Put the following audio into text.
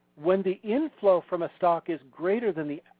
when the inflow from a stock is greater than the